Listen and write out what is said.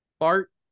art